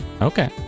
okay